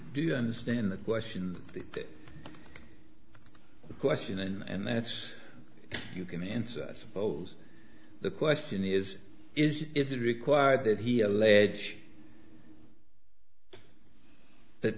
do you understand the question to the question and that's you can answer i suppose the question is is is it required that he allege that